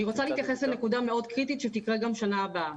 אני רוצה להתייחס לנקודה מאוד קריטית שתקרה גם בשנה הבאה.